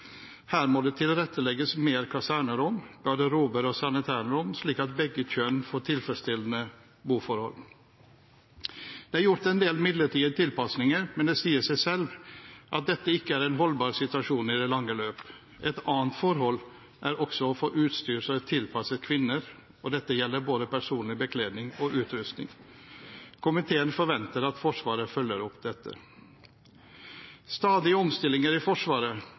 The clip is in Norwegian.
Her må det tilrettelegges med flere kasernerom, garderober og sanitærrom, slik at begge kjønn får tilfredsstillende boforhold. Det er gjort en del midlertidige tilpasninger, men det sier seg selv at dette ikke er en holdbar situasjon i det lange løp. Et annet forhold er å få utstyr som er tilpasset kvinner, dette gjelder både personlig bekledning og utrustning. Komiteen forventer at Forsvaret følger opp dette. Stadige omstillinger i Forsvaret